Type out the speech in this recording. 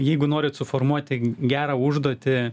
jeigu norit suformuoti gerą užduotį